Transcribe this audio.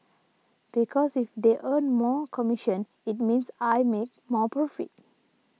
because if they earn more commission it means I make more profit